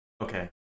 Okay